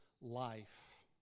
life